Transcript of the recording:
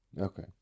okay